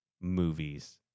movies